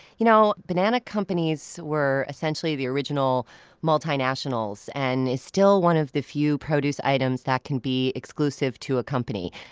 you know banana companies were essentially the original multinationals. it and is still one of the few produce items that can be exclusive to a company.